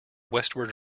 westward